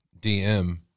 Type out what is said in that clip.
DM